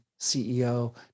CEO